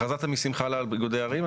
הכרזת המיסים חלה על איגודי ערים?